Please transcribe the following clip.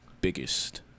biggest